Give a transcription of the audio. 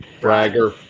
bragger